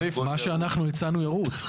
מה שאנחנו הצענו ירוץ.